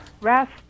rest